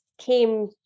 came